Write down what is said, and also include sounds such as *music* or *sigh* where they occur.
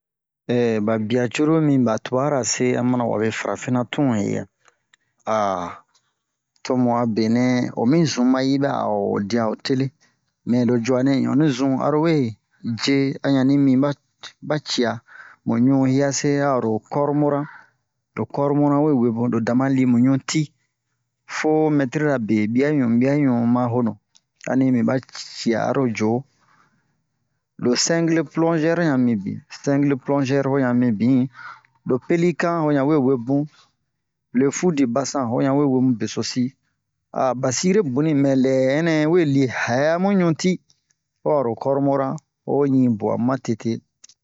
*hesitation* ba bia cruru mi ba tubara se a mana wabe farafina tun ye yɛ *hesitation* to mu a benɛ o mi zunba yi bɛ'a o dia ho tele mɛro juanɛ un onni zun aro we je a yani mi ba ci'a mu ɲu'i hiase aro kormoran lo kormoran we webun lo dama li mu ɲu ti fo mɛtrira be biaɲu biaɲu ma honu ani mi ba cia aro jo lo single-plongɛr yan mibin single-plongɛr ho yan mibin lo pelikan ho yan we webun le fu-di-basan ho yan we webun besosi *hesitation* ba sire boni mɛ lɛ ɛnin we li hɛ mu ɲuti ho aro kormoran o ho ɲi bwa ma tete